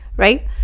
Right